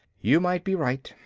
you might be right.